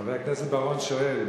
חבר הכנסת בר-און שואל,